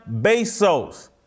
Bezos